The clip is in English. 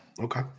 Okay